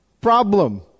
problem